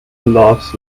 laughs